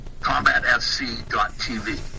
combatfc.tv